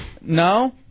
No